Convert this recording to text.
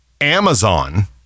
Amazon